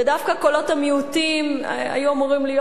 ודווקא קולות המיעוטים היו אמורים להיות